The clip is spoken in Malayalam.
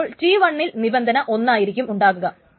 ചിലപ്പോൾ T1 ൽ നിബന്ധന ഒന്നായിരിക്കും ഉണ്ടാകുക